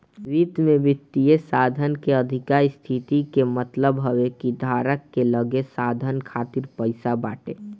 वित्त में वित्तीय साधन के अधिका स्थिति कअ मतलब हवे कि धारक के लगे साधन खातिर पईसा बाटे